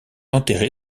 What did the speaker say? enterré